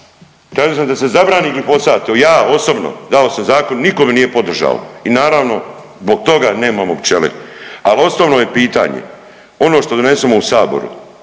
tražio sam da se zabrani glifosat evo ja osobno, dao sam zakon niko me nije podržao i naravno zbog toga nemamo pčele. Al osnovno je pitanje ono što donesemo u Saboru